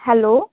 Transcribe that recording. hello